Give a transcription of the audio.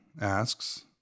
asks